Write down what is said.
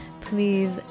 Please